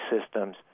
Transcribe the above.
systems